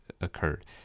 occurred